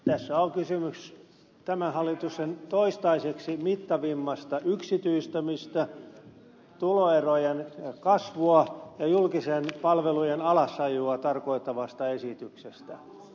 tässä on kysymys tämän hallituksen toistaiseksi mittavimmasta yksityistämisestä tuloerojen kasvua ja julkisten palvelujen alasajoa tarkoittavasta esityksestä